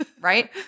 right